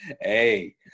Hey